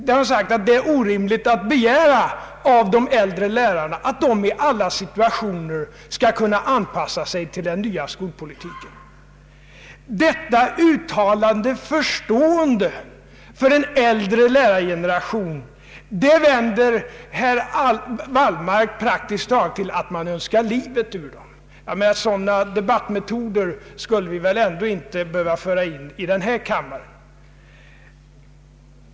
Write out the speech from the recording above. Hon har sagt att det är orimligt att begära av de äldre lärarna att de i alla situationer skall kunna anpassa sig till den nya skolpolitiken. Denna uttalade förståelse för en äldre lärargeneration vänder herr Wallmark praktiskt taget till att man önskar livet ur dem. Sådana debattmetoder skall vi väl inte behöva tillämpa i den här kammaren!